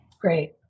Great